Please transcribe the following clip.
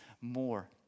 more